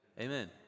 Amen